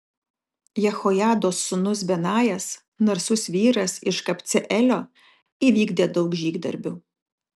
jehojados sūnus benajas narsus vyras iš kabceelio įvykdė daug žygdarbių